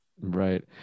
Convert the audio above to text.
Right